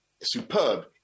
superb